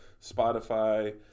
Spotify